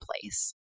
place